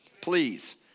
Please